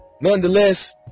Nonetheless